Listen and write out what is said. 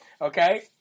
okay